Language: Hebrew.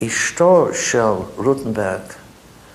‫אשתו של רוטנברג.